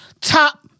top